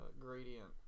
gradient